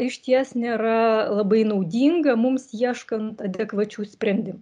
išties nėra labai naudinga mums ieškant adekvačių sprendim